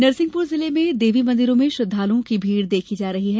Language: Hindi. नरसिंहपुर जिले में देवी मंदिरों में श्रद्वालुओं की भीड़ देखी जा रही है